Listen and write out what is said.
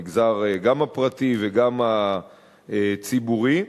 במגזר הפרטי וגם בציבורי,